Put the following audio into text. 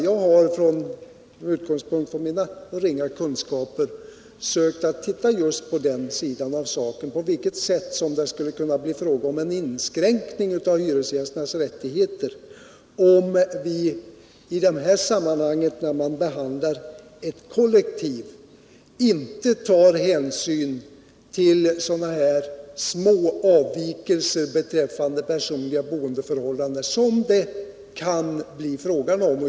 Jag har med utgångspunkt i mina ringa kunskaper sökt få klarhet i på vilket sätt det skulle kunna bli fråga om en inskränkning av hyresgästernas rättigheter, om vi i detta sammanhang när man behandlar ett kollektiv inte tar hänsyn till små avvikelser beträffande personliga boendeförhållanden som det kan bli fråga om.